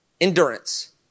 endurance